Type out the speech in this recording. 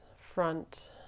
front